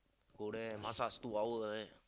go there massage two hour right